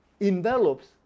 envelops